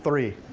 three.